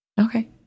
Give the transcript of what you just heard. Okay